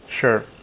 Sure